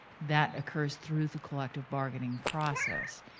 that occurs through the collective bargaining process.